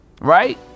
right